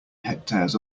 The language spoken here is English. hectares